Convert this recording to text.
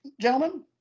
Gentlemen